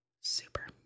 Super